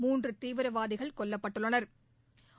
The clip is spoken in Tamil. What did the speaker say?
மூன்று தீவிரவாதிகள் கொல்லப்பட்டுள்ளனா்